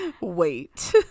Wait